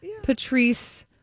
Patrice